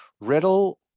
Riddle